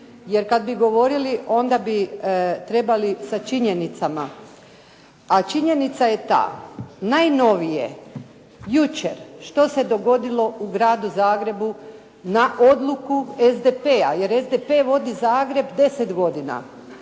jer kad bi govorili, onda bi trebali sa činjenicama, a činjenica je ta, najnovije jučer što se dogodilo u Gradu Zagrebu na odluku SDP-a jer SDP vodi Zagreb 10 godina.